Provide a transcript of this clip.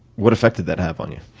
what effect did that have on you?